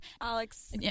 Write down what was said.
Alex